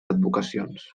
advocacions